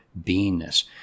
beingness